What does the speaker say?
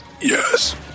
Yes